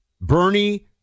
Bernie